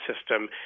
system